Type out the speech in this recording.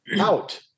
out